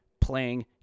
playing